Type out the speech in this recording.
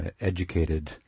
educated